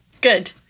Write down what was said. Good